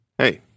Hey